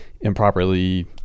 improperly